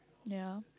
ya